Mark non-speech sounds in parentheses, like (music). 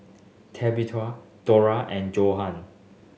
Tabitha Dora and (unintelligible)